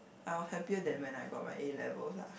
I was happier than when I got my A-level lah